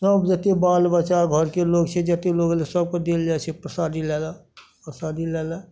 सब गोटे बाल बच्चा घरके लोग छै जतेक लोग अयलै सबके देल जाइ छै प्रसादी लए लऽ प्रसादी लए लऽ